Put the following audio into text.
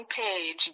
page